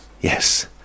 yes